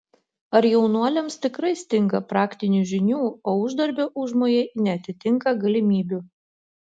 ar jaunuoliams tikrai stinga praktinių žinių o uždarbio užmojai neatitinka galimybių